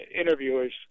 interviewers